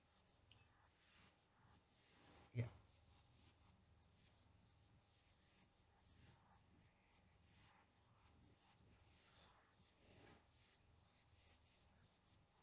ya